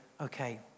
okay